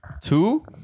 Two